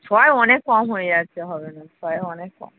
ছয় অনেক কম হয়ে যাচ্ছে হবে না ছয় অনেক কম